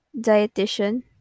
dietitian